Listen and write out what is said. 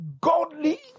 godly